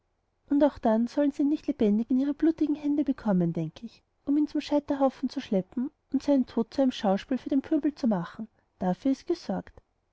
und auch dann sollen sie ihn nicht lebendig in ihre blutigen hände bekommen denk ich um ihn zum scheiterhaufen zu schleppen und seinen tod zu einem schauspiel für den pöbel zu machen dafür ist gesorgt